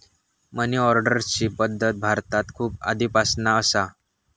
मनी ऑर्डरची पद्धत भारतात खूप आधीपासना असा